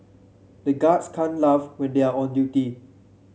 the guards can't laugh when they are on duty